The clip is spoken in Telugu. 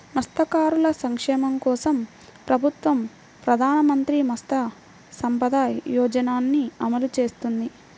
మత్స్యకారుల సంక్షేమం కోసం ప్రభుత్వం ప్రధాన మంత్రి మత్స్య సంపద యోజనని అమలు చేస్తోంది